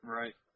right